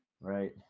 Right